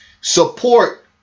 support